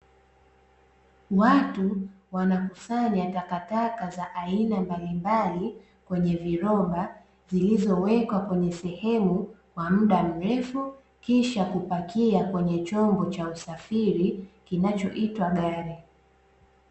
Watu wanakusanya takataka za aina mbalimbali, kwenye viroba zilizowekwa kwenye sehemu kwa muda mrefu, kisha kupakia kwenye chombo cha usafiri kinachoitwa gari.